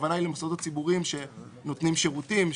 הכוונה למוסדות ציבוריים שנותנים שירותים,